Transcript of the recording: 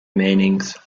meanings